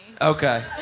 Okay